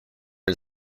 and